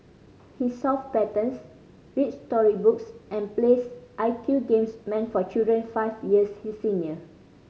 he solve patterns reads story books and plays I Q games meant for children five years his senior